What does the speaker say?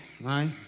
right